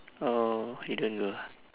orh you don't go ah